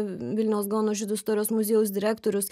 vilniaus gaono žydų istorijos muziejaus direktorius